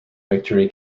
victory